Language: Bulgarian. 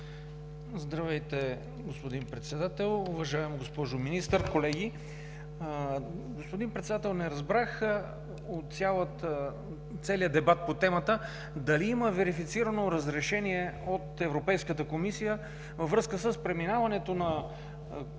Здравейте, господин Председател. Уважаема госпожо Министър, колеги! Господин Председател, от целия дебат по темата не разбрах дали има верифицирано разрешение от Европейската комисия във връзка с преминаването на този